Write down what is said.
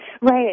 Right